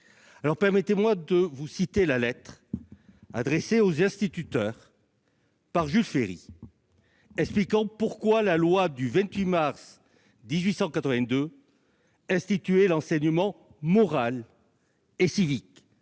permettez-moi de vous citer la lettre adressée aux instituteurs par Jules Ferry pour leur expliquer pourquoi la loi du 28 mars 1882 instituait l'enseignement moral et civique